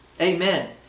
Amen